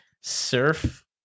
surf